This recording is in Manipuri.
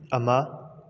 ꯑꯃ